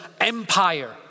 empire